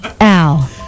Al